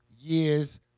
year's